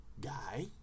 Guy